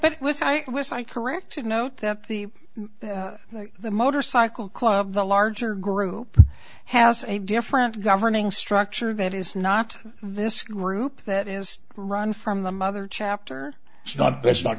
was i was i corrected note that the the motorcycle club the larger group has a different governing structure that is not this group that is run from the mother chapter it's not that's not